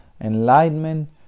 enlightenment